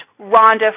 Rhonda